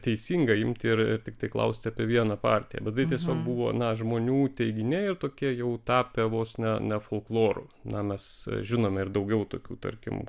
teisinga imti ir tiktai klausti apie vieną partiją bet tai tiesiog buvo na žmonių teiginiai ir tokie jau tapę vos ne ne folkloru na mes žinome ir daugiau tokių tarkim